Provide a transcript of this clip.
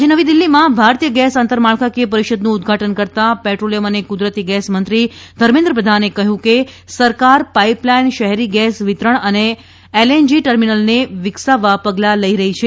આજે નવી દિલ્હીમાં ભારતીય ગેસ આંતરમાળખાકીય પરિષદનું ઉદઘાટન કરતાં પેટ્રોલિયમ અને કુદરતી ગેસ મંત્રી ધર્મેન્દ્ર પ્રધાને કહ્યું છે કે સરકાર પાઇપલાઇન શહેરી ગેસ વિતરણ અને એલએનજી ટર્મિનલને વિકસાવવા પગલા લઇ રહી છે